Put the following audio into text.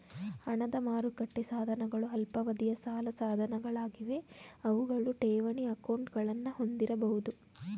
ಹಣದ ಮಾರುಕಟ್ಟೆ ಸಾಧನಗಳು ಅಲ್ಪಾವಧಿಯ ಸಾಲ ಸಾಧನಗಳಾಗಿವೆ ಅವುಗಳು ಠೇವಣಿ ಅಕೌಂಟ್ಗಳನ್ನ ಹೊಂದಿರಬಹುದು